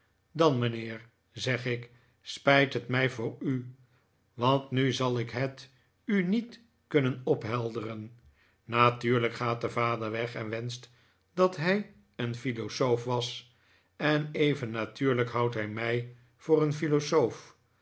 dan mijnheer zeg ik spijt het mij voor u want nu zal ik het u niet kunnen ophelderen natuurlijk gaat de vader weg en wenscht dat hij een philosoof was en even natuurlijk houdt hij mij voor een philosoof